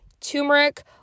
turmeric